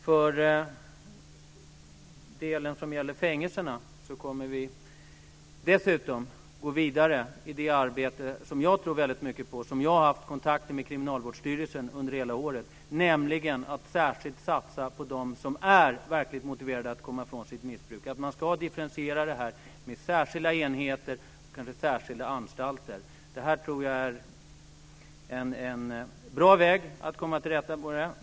För den del som gäller fängelserna kommer vi dessutom att gå vidare i det arbete som jag tror väldigt mycket på - jag har haft kontakter med Kriminalvårdsstyrelsen under hela året - nämligen att särskilt satsa på dem som är verkligt motiverade att komma ifrån sitt missbruk. Man ska differentiera detta med särskilda enheter och kanske särskilda anstalter. Det här tror jag är en bra väg för att komma till rätta med detta.